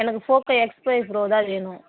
எனக்கு Poco X five pro தான் வேணும்